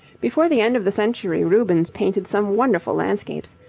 before the end of the century rubens painted some wonderful landscapes,